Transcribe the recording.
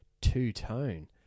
two-tone